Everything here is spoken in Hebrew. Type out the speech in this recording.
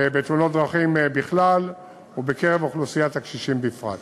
בתאונות דרכים בכלל ובקרב אוכלוסיית הקשישים בפרט.